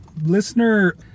listener